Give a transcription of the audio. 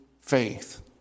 faith